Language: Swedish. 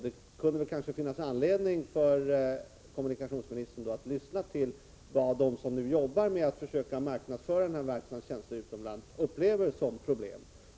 Det kunde kanske finnas anledning för kommunikationsministern att lyssna till vad de som arbetar med att marknadsföra verkstadens tjänster utomlands upplever som problem.